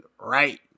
right